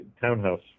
townhouse